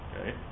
Okay